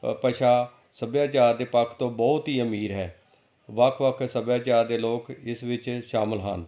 ਭਾਸ਼ਾ ਸੱਭਿਆਚਾਰ ਦੇ ਪੱਖ ਤੋਂ ਬਹੁਤ ਹੀ ਅਮੀਰ ਹੈ ਵੱਖ ਵੱਖ ਸੱਭਿਆਚਾਰ ਦੇ ਲੋਕ ਇਸ ਵਿੱਚ ਸ਼ਾਮਿਲ ਹਨ